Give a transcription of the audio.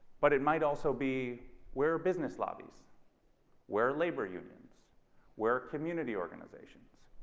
but it might also be where business lobbies where labor unions where community organization